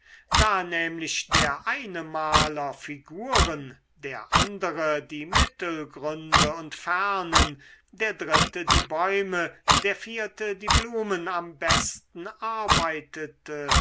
da nämlich der eine maler figuren der andere die mittelgründe und fernen der dritte die bäume der vierte die blumen am besten arbeitete